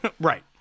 right